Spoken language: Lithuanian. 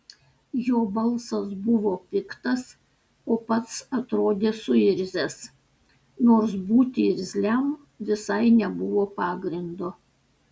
jo balsas buvo piktas o pats atrodė suirzęs nors būti irzliam visai nebuvo pagrindo